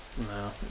no